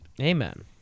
amen